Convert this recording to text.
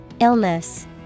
Illness